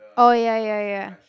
oh ya ya ya